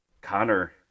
Connor